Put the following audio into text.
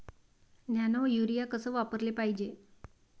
Nano urea कस वापराले पायजे?